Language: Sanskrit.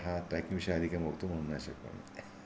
अतः ट्राक् विषये अधिकं वक्तुं न शक्नोमि